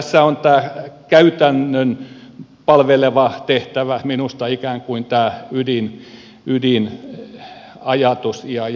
tässä on tämä käytännön palveleva tehtävä minusta ikään kuin ydinajatus ja sana